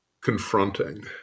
confronting